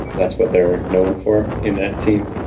that's what they are known for in that team.